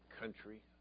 country